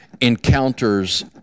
encounters